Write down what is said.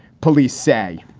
police say.